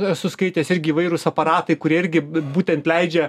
esu skaitęs irgi įvairūs aparatai kurie irgi būtent leidžia